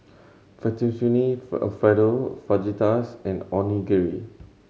Fettuccine Alfredo Fajitas and Onigiri